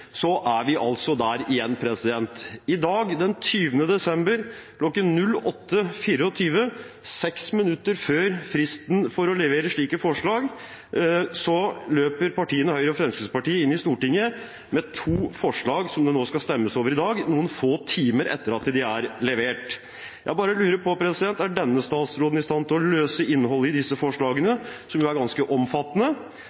er vi altså der igjen. I dag, den 20. desember kl. 08.24 – seks minutter før fristen for å levere slike forslag – løper partiene Høyre og Fremskrittspartiet inn i Stortinget med to forslag som det nå skal stemmes over i dag, noen få timer etter at de er levert. Jeg bare lurer på: Er denne statsråden i stand til å løse innholdet i disse